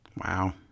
wow